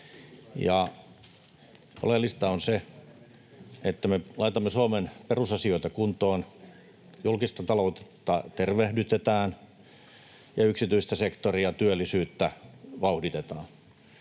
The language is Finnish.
oleellista on se, että me laitamme Suomen perusasioita kuntoon, julkista taloutta tervehdytetään ja yksityistä sektoria, työllisyyttä vauhditetaan.